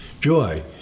joy